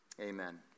Amen